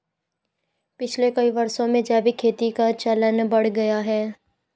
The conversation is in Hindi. पिछले कई वर्षों में जैविक खेती का चलन बढ़ गया है